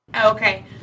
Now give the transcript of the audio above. Okay